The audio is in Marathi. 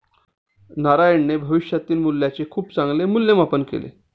नारायणने भविष्यातील मूल्याचे खूप चांगले मूल्यमापन केले